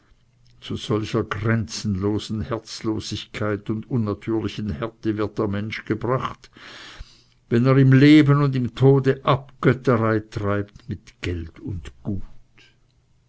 zu solcher grenzenlosen herzlosigkeit und unnatürlichen härte wird der mensch gebracht wenn er im leben und im tode abgötterei treibt mit geld und gut